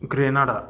Grenada